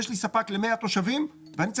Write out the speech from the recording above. יש לי ספק ל-100 תושבים ואני צריך